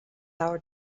our